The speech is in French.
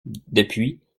depuis